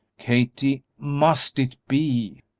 kathie, must it be?